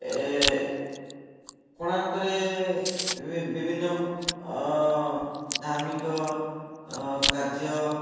ଏ କୋଣାର୍କରେ ଏବେ ବିଭିନ୍ନ ଧାର୍ମିକ କାର୍ଯ୍ୟ